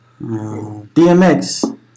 DMX